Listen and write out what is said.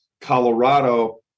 Colorado